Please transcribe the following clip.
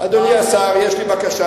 אדוני השר יש לי בקשה,